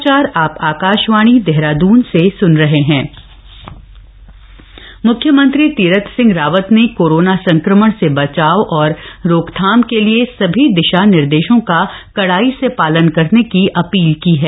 विश्व स्वास्थ्य दिवस मुख्यमंत्री तीरथ सिंह रावत ने कोरोना संक्रमण से बचाव और रोकथाम के लिए सभी दिशा निर्देशों का कड़ाई से पालन करने की अपील की है